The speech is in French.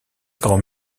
grand